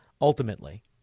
ultimately